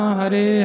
Hare